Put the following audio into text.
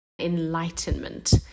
enlightenment